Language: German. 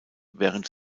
während